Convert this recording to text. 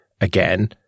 again